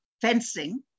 fencing